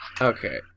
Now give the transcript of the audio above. Okay